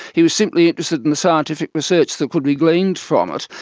he was simply interested in the scientific research that could be gleaned from it.